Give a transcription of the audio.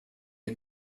ihr